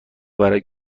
برای